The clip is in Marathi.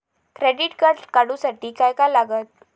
क्रेडिट कार्ड काढूसाठी काय काय लागत?